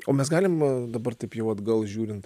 o mes galim dabar taip jau atgal žiūrint